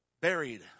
buried